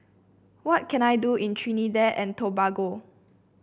what can I do in Trinidad and Tobago